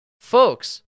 folks